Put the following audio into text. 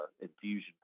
infusion